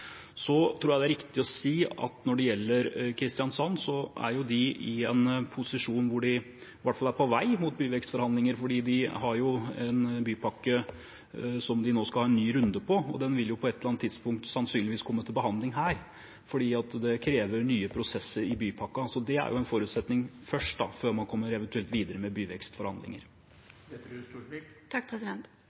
Så tror jeg det er riktig å si at når det gjelder Kristiansand, er de i en posisjon hvor de i hvert fall er på vei mot byvekstforhandlinger, fordi de har en bypakke som de nå skal ha en ny runde på. Den vil på et eller annet tidspunkt sannsynligvis komme til behandling her, for det krever nye prosesser i bypakken. Så det er en forutsetning først, før man eventuelt kommer videre med